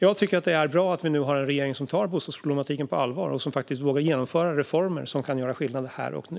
Jag tycker att det är bra att vi nu har en regering som tar bostadsproblematiken på allvar och som vågar genomföra reformer som kan göra skillnad här och nu.